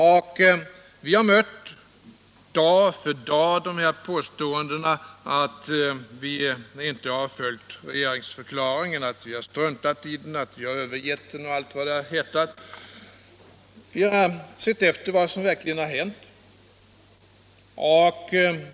Vi har dag för dag mött de här påståendena att vi inte har följt regeringsförklaringen, att vi har struntat i den, att vi har övergett den och allt vad det har hetat. Jag har sett efter vad som verkligen har hänt.